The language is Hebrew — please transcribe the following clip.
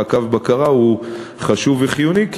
והמעקב והבקרה הם חשובים וחיוניים,